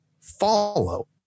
follow